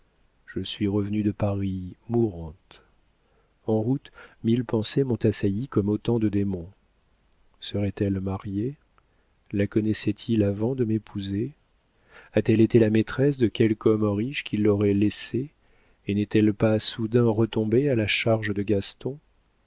je suis revenue de paris mourante en route mille pensées m'ont assaillie comme autant de démons serait-elle mariée la connaissait-il avant de m'épouser a-t-elle été la maîtresse de quelque homme riche qui l'aurait laissée et n'est-elle pas soudain retombée à la charge de gaston